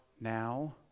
now